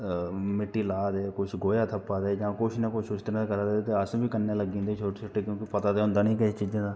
मिट्टी लादे कुस गोहेआ थप्पा दे कुछ ना कुछ उस तरहां दा करा दे ते अस बी कन्नै लगदे हे छोटे छोटे हे क्योंकि पता ते होंदा नेईं हा केई चीजां दा